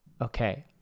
Okay